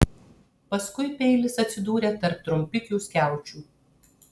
paskui peilis atsidūrė tarp trumpikių skiaučių